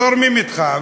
זורמים אתך.